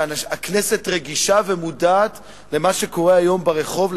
שהכנסת רגישה ומודעת למה שקורה היום ברחוב,